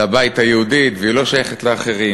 לבית היהודי, והיא לא שייכת לאחרים,